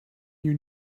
you